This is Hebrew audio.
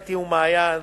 אתי ומעין.